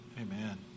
Amen